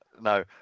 No